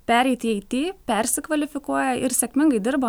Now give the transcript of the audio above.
pereit į it persikvalifikuoja ir sėkmingai dirba